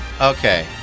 Okay